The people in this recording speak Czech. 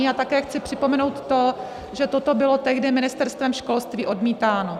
A také chci připomenout to, že toto bylo tehdy Ministerstvem školství odmítáno.